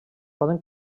poden